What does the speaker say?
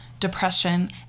depression